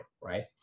right